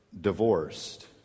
divorced